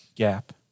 Gap